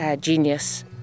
genius